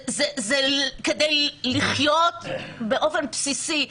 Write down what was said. זה כדי לחיות באופן בסיסי.